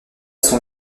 son